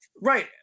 Right